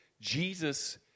Jesus